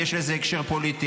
כי יש לזה הקשר פוליטי.